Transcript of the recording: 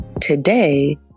Today